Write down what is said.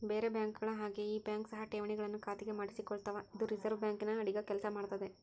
ಬೇರೆ ಬ್ಯಾಂಕುಗಳ ಹಾಗೆ ಈ ಬ್ಯಾಂಕ್ ಸಹ ಠೇವಣಿಗಳನ್ನು ಖಾತೆಗೆ ಮಾಡಿಸಿಕೊಳ್ತಾವ ಇದು ರಿಸೆರ್ವೆ ಬ್ಯಾಂಕಿನ ಅಡಿಗ ಕೆಲ್ಸ ಮಾಡ್ತದೆ